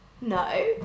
No